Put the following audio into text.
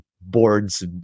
boards